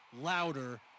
louder